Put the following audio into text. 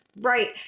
Right